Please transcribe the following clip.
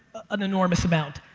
an enormous amount.